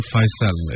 Faisal